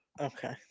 Okay